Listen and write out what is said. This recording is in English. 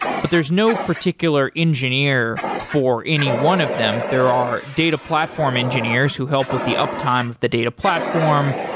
but there's no particular engineer for any one of them. there are data platform engineers who help with the uptime of the data platform.